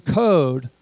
code